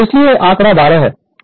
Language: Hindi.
इसलिए यह आंकड़ा 12 है यह 12 है